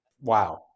wow